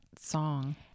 song